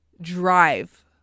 drive